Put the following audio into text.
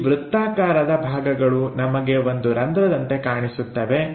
ಈ ವೃತ್ತಾಕಾರದ ಭಾಗಗಳು ನಮಗೆ ಒಂದು ರಂಧ್ರದಂತೆ ಕಾಣಿಸುತ್ತವೆ